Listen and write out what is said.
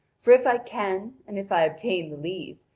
for if i can, and if i obtain the leave,